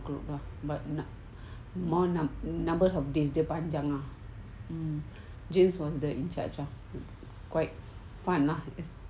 group lah but no more num~ number of days dia panjang ah um james was the in charge ah it's quite fun lah